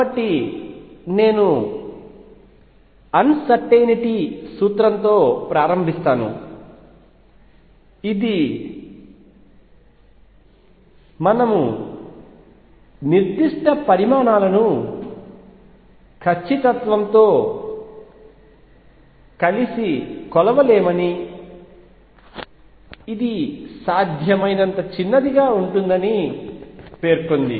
కాబట్టి నేను అన్సర్టైనిటీ సూత్రంతో ప్రారంభిస్తాను అది మనము నిర్దిష్ట పరిమాణాలను ఖచ్చితత్వంతో కలిసి కొలవలేమని ఇది సాధ్యమైనంత చిన్నదిగా ఉంటుందని పేర్కొంది